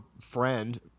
friend